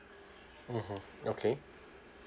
mmhmm okay